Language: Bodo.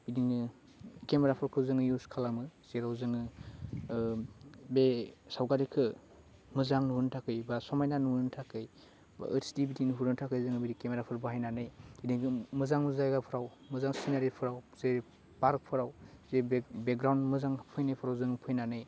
बिदिनो केमेराफोरखौ जोङो इउस खालामो जेराव जोङो ओह बे सावगारिखो मोजां नुहोनो थाखाइ बा समाइना नुहोनो थाखै ओइसदि बिदि नुहोनो थाखै जों बिदि केमेराफोर बाहायनानै बिदिनो मोजां जायगाफ्राव मोजां सिनारिफोराव जेरै पार्कफ्राव जे बे बेग्रावन मोजां फैनायफोराव जों फैनानै